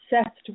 obsessed